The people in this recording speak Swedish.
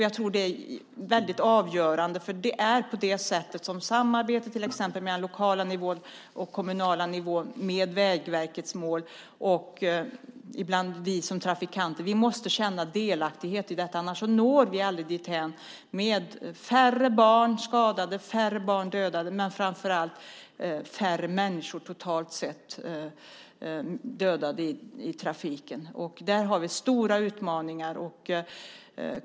Jag tror att det är väldigt avgörande med samarbete, till exempel på den lokala nivån och på den kommunala nivån, i Vägverkets mål. Ibland gäller det också oss som trafikanter. Vi måste känna delaktighet i detta. Annars når vi aldrig dit vi vill med färre barn skadade, färre barn dödade, men framför allt färre människor totalt sett dödade i trafiken. Där har vi stora utmaningar.